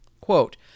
Quote